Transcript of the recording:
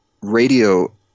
radio –